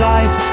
Life